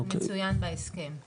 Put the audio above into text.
זה מצוין בהסכם.